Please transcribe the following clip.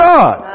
God